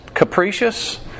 Capricious